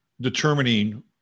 determining